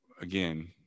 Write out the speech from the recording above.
again